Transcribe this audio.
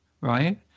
right